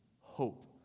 hope